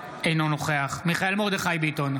אינו נוכח מיכאל מרדכי ביטון,